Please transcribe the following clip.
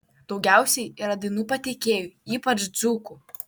daugiausiai yra dainų pateikėjų ypač dzūkų